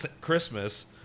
Christmas